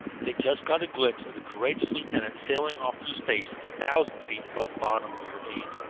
they just got a glimpse of the courageous lieutenant sailing off through space, a thousand feet above the bottom of the ravine.